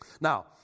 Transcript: Now